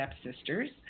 stepsisters